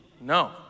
No